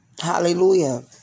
Hallelujah